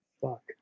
Fuck